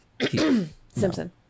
Simpson